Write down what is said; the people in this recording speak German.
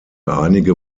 einige